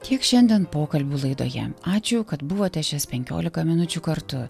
tiek šiandien pokalbių laidoje ačiū kad buvote šias penkiolika minučių kartu